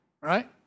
right